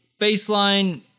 Baseline